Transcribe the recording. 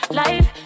life